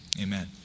Amen